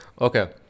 okay